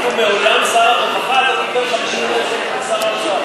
כאילו מעולם שר הרווחה לא קיבל 50 מיליון שקל משר האוצר.